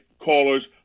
callers